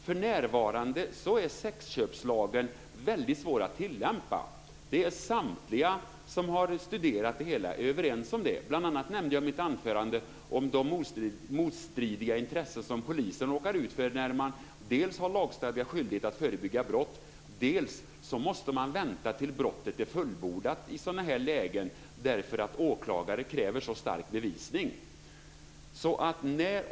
För närvarande är sexköpslagen svår att tillämpa. Samtliga som har studerat det hela är överens om det. Bl.a. nämnde jag i mitt anförande de motstridiga intressen som polisen råkar ut för när den dels har lagstadgad skyldighet att förebygga brott, dels måste vänta till dess att brottet är fullbordat i sådana här lägen eftersom åklagarna kräver så stark bevisning.